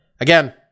again